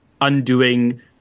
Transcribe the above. undoing